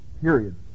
period